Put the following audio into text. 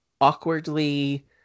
awkwardly